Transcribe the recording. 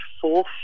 fourth